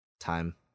time